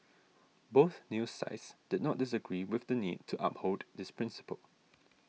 both news sites did not disagree with the need to uphold this principle